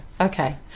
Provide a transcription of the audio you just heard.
Okay